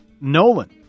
Nolan